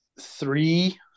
three